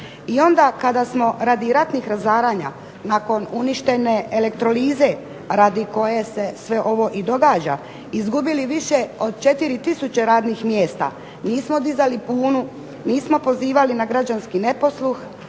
I onda kada smo radi ratnih razaranja nakon uništene elektrolize radi koje se sve ovo i događa izgubili više od 4000 radnih mjesta nismo dizali bunu, nismo pozivali na građanski neposluh